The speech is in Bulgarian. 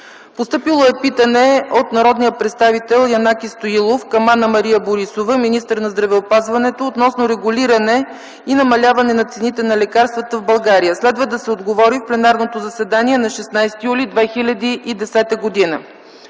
9 юли 2010 г.; - от народния представител Янаки Стоилов към Анна-Мария Борисова – министър на здравеопазването, относно регулиране и намаляване на цените на лекарствата в България. Следва да се отговори в пленарното заседание на 16 юли 2010 г.;